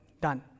done